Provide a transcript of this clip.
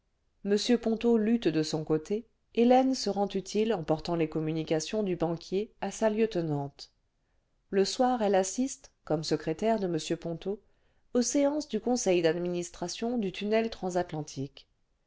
m ponto lutte de son côté hélène se rend utile en portant les copimunications clu banquier à sa lieutenante le soir elle assiste comme secrétaire de m ponto aux séances du conseil d'administration du tunnel transatlantique